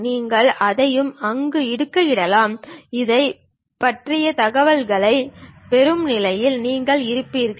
நீங்கள் எதையும் அங்கு இடுகையிடலாம் அதைப் பற்றிய தகவல்களைப் பெறும் நிலையில் நீங்கள் இருப்பீர்கள்